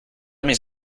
mis